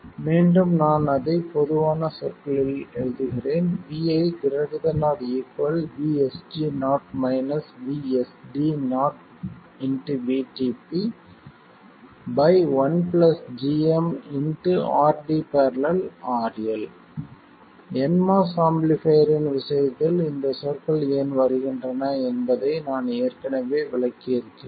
மீண்டும் நான் அதை பொதுவான சொற்களில் எழுதுகிறேன் vi ≥ 1gm RD ║ RL nMOS amplifier இன் விஷயத்தில் இந்த சொற்கள் ஏன் வருகின்றன என்பதை நான் ஏற்கனவே விளக்கியிருக்கிறேன்